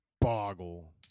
boggle